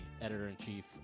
editor-in-chief